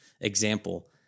example